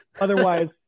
Otherwise